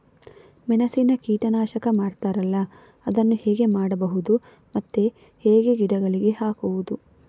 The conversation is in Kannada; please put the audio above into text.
ಮೆಣಸಿನಿಂದ ಕೀಟನಾಶಕ ಮಾಡ್ತಾರಲ್ಲ, ಅದನ್ನು ಹೇಗೆ ಮಾಡಬಹುದು ಮತ್ತೆ ಹೇಗೆ ಗಿಡಗಳಿಗೆ ಹಾಕುವುದು?